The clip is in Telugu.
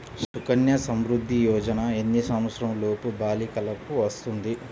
సుకన్య సంవృధ్ది యోజన ఎన్ని సంవత్సరంలోపు బాలికలకు వస్తుంది?